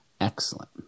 excellent